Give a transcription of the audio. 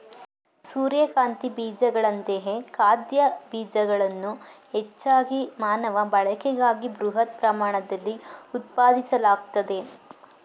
ಸೂರ್ಯಕಾಂತಿ ಬೀಜಗಳಂತೆಯೇ ಖಾದ್ಯ ಬೀಜಗಳನ್ನು ಹೆಚ್ಚಾಗಿ ಮಾನವ ಬಳಕೆಗಾಗಿ ಬೃಹತ್ ಪ್ರಮಾಣದಲ್ಲಿ ಉತ್ಪಾದಿಸಲಾಗ್ತದೆ